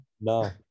No